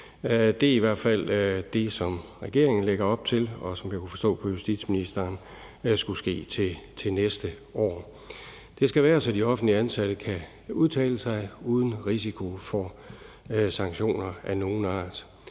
Det er i hvert fald det, som regeringen lægger op til, og som jeg kunne forstå på justitsministeren skulle ske til næste år. Det skal være sådan, at de offentligt ansatte kan udtale sig uden risiko for sanktioner af nogen art.